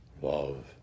Love